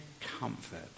comfort